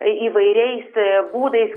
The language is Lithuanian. įvairiais aa būdais